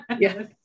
Yes